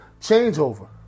changeover